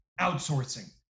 outsourcing